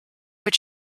mit